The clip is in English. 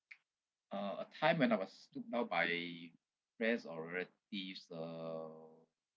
uh a time when I was looked down by friends or relatives uh